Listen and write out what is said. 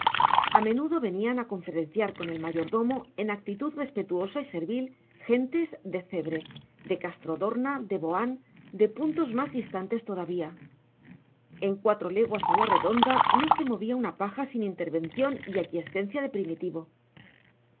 a menudo venían a conferenciar con el mayordomo en actitud respetuosa y servil gentes de cebre de castrodorna de boán de puntos más distantes todavía en cuatro leguas a la redonda no se movía una paja sin intervención y aquiescencia de primitivo